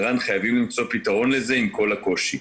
ערן, חייבים למצוא פתרון לזה, עם כל הקושי.